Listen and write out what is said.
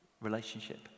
relationship